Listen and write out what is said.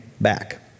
back